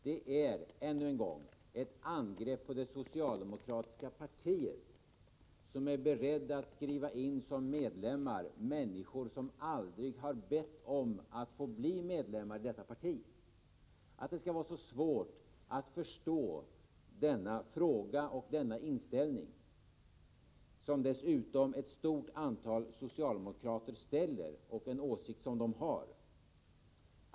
Det är, jag påpekar det ännu en gång, ett angrepp på det socialdemokratiska partiet, som är redo att skriva in som medlemmar människor som aldrig har bett om att få bli medlemmar i detta parti. Att det skall vara så svårt att förstå denna fråga och denna inställning. Det är dessutom ett stort antal socialdemokrater som ställer den. Detta är den åsikt som de har.